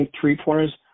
three-pointers